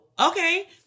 okay